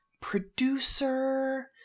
producer